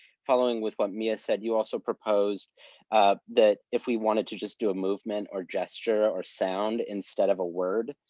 following with what mia said, you also proposed that if we wanted to just do a movement or gesture or sound, instead of a word,